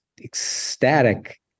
ecstatic